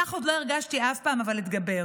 כך עוד לא הרגשתי אף פעם, אבל אתגבר.